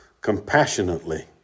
compassionately